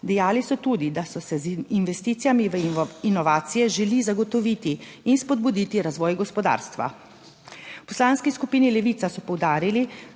Dejali so tudi, da se z investicijami v inovacije želi zagotoviti in spodbuditi razvoj gospodarstva. V Poslanski skupini Levica so poudarili,